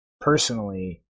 personally